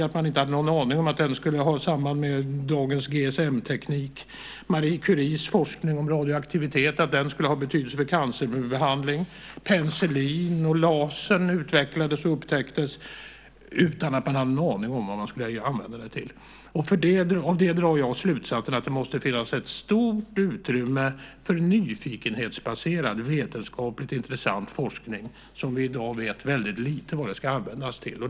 Man hade inte en aning om att den skulle ha samband med dagens GSM-teknik eller att Marie Curies forskning om radioaktivitet skulle ha betydelse för cancerbehandling. Penicillin och laser utvecklades och upptäcktes utan att man hade en aning om vad man skulle använda det till. Av det drar jag slutsatsen att det måste finnas ett stort utrymme för nyfikenhetsbaserad vetenskapligt intressant forskning som vi i dag vet väldigt lite om vad den ska användas till.